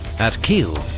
at kiel,